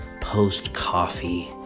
post-coffee